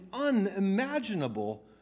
unimaginable